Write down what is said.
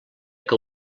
que